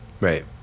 Right